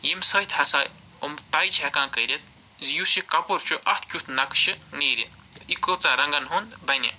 ییٚمہِ سۭتۍ ہسا یِم طَے چھِ ہیٚکان کٔرِتھ زِ یُس یہِ کَپُر چھُ اَتھ کیٛتھ نَقشہٕ نیرِ تہٕ یہِ کٔژَن رَنگَن ہُند بنہِ